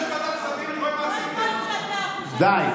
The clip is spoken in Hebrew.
די.